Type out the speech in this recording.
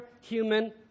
human